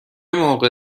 موقع